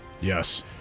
Yes